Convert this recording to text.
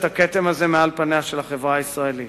הכתם הזה מעל פניה של החברה הישראלית.